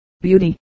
beauty